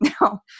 No